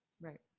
Right